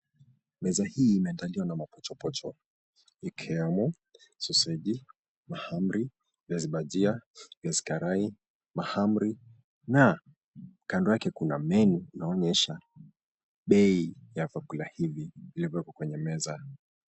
Meza hii imeandaliwa na mapochopocho ikiwemo soseji, mahamri, viazi bajia, viazi karai, mahamri na kando yake kuna menyu inaonyesha bei ya vyakula hivi vilivyo hapo kwenye meza.